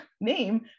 name